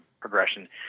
progression